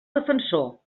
defensor